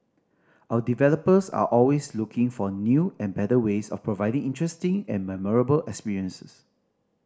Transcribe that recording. our developers are always looking for new and better ways of providing interesting and memorable experiences